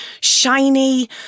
shiny